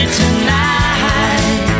tonight